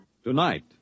Tonight